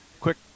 quick